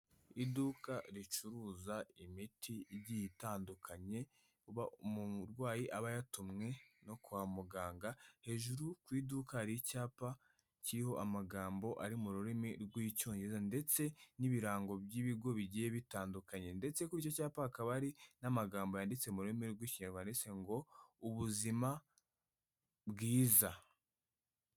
Iduka ricuruza imiti igiye itandukanye umurwayi aba yatumwe no kwa muganga, hejuru ku iduka hari ry'icyapa kiriho amagambo ari mu rurimi rw'icyongereza ndetse n'ibirango by'ibigo bigiye bitandukanye ndetse kuri icyo cyapa hakaba hari n'amagambo yanditse mu rurimi rw'ikinyarwanda yanditse ngo ubuzima bwiza.